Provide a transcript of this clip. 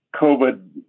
COVID